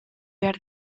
behar